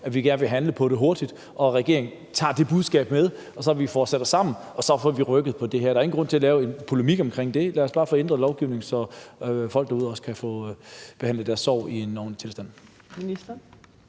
at de gerne vil handle på det hurtigt, og at regeringen så tager det budskab med, så vi får sat os sammen, og så vi får rykket på det her. Der er ikke nogen grund til at lave polemik omkring det – lad os bare få ændret lovgivningen, så folk derude også kan få behandlet deres sorg i en ordentlig tilstand.